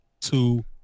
two